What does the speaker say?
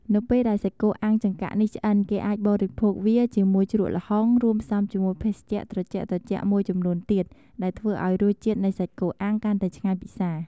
នៅពេលដែលសាច់គោអាំងចង្កាក់នេះឆ្អិន គេអាចបរិភោគវាជាមួយជ្រក់ល្ហុង រួមផ្សំជាមួយភេសជ្ជៈត្រជាក់ៗមួយចំនួនទៀតដែលធ្វើឱ្យរសជាតិនៃសាច់គោអាំងកាន់តែឆ្ងាញ់ពិសា។